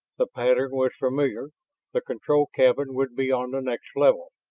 the pattern was familiar the control cabin would be on the next level.